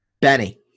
Benny